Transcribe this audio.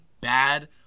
bad